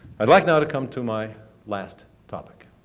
i'd like now to come to my last topic.